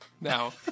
Now